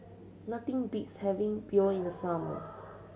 nothing beats having Pho in the summer